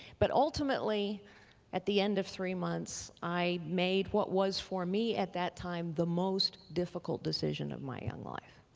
but ultimately at the end of three months i made what was for me at that time the most difficult decision of my young life.